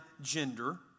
gender